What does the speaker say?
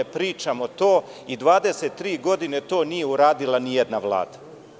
Pričamo to 23 godine i 23 godine nije to uradila ni jedna Vlada.